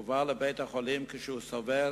והוא הועבר לבית-החולים כשהוא סובל